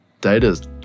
data